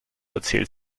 erzählt